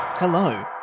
Hello